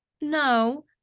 no